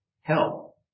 help